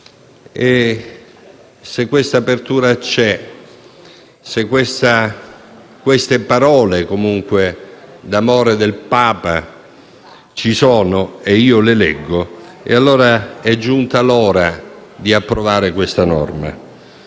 E, se questa apertura c'è, se queste parole d'amore del Papa ci sono e io le leggo come tali, allora è giunta l'ora di approvare la norma